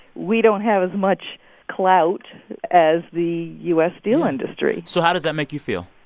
we don't have as much clout as the u s. steel industry so how does that make you feel?